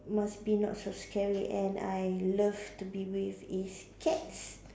must be not so scary and I love to be with is cats